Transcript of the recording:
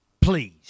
please